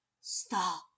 Stop